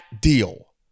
deal